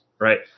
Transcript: Right